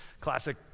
Classic